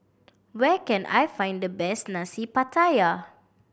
where can I find the best Nasi Pattaya